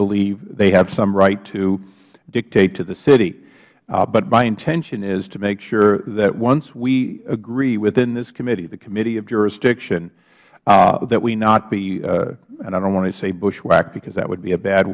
believe they have some right to dictate to the city but my intention is to make sure that once we agree within this committee the committee of jurisdiction that we not be i dont want to say bushwhacked because that would be a bad